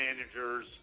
managers